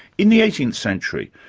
in the eighteenth century,